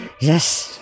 Yes